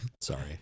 Sorry